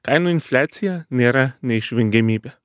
kainų infliacija nėra neišvengiamybė